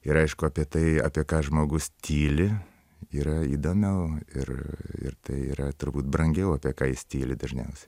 ir aišku apie tai apie ką žmogus tyli yra įdomiau ir ir tai yra turbūt brangiau apie ką jis tyli dažniausiai